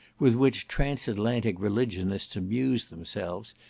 with which transatlantic religionists amuse themselves,